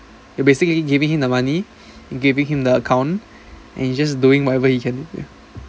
you basically giving him the money giving him the account and he just doing whatever he can